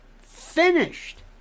Finished